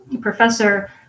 professor